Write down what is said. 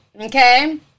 okay